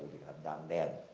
have done then?